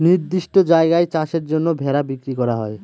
নির্দিষ্ট জায়গায় চাষের জন্য ভেড়া বিক্রি করা হয়